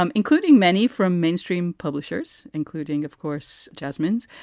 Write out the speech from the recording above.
um including many from mainstream publishers, including, of course, jasmin's.